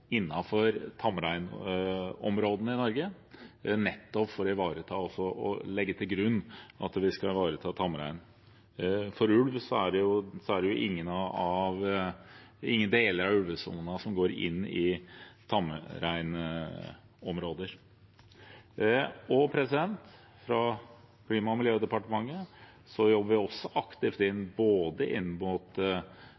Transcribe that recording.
innenfor tamreinområdene i Norge, nettopp for å legge til grunn at vi skal ivareta tamrein. Når det gjelder ulv, er det ingen deler av ulvesonen som går inn i tamreinområder. Klima- og miljødepartementet jobber aktivt inn